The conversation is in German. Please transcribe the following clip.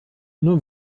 nur